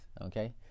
okay